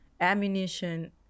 ammunition